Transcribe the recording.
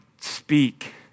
speak